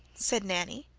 said nanny,